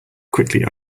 quickly